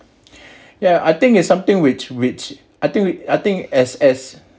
ya I think it's something which which I think we I think as as